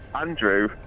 Andrew